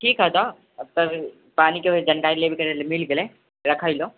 ठीक है तऽ पानि के भी करै लए मिल गेलै राखै लए